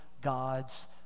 God's